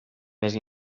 més